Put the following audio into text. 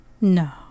No